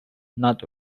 not